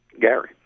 gary